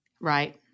Right